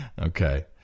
Okay